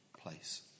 place